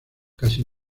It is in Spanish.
casi